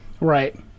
Right